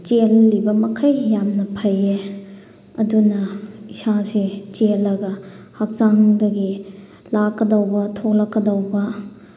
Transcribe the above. ꯆꯦꯜꯂꯤꯕ ꯃꯈꯩ ꯌꯥꯝꯅ ꯐꯩꯌꯦ ꯑꯗꯨꯅ ꯏꯁꯥꯁꯦ ꯆꯦꯜꯂꯒ ꯍꯛꯆꯥꯡꯗꯒꯤ ꯂꯥꯛꯀꯗꯧꯕ ꯊꯣꯛꯂꯛꯀꯗꯧꯕ